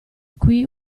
qui